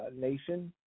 Nation